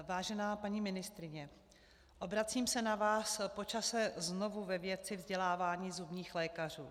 Vážená paní ministryně, obracím se na vás po čase znovu ve věci vzdělávání zubních lékařů.